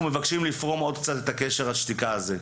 אנחנו מבקשים לפרום עוד קצת את קשר השתיקה הזה,